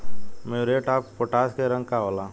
Muriate of potash के रंग का होला?